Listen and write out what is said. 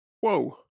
Whoa